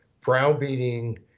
browbeating